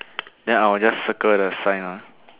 ya I will just circle the sign ah